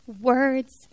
words